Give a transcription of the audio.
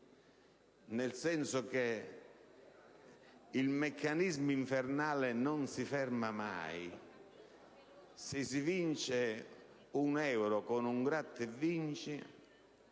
perché il meccanismo infernale non si ferma mai. Se si vince un euro con un gratta e vinci,